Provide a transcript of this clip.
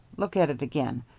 look at it again.